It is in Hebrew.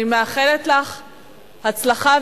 אני מאחלת לך הצלחה,